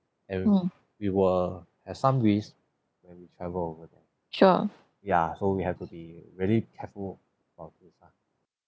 and we will have some risk when we travel overseas ya so we have to be very careful about this lah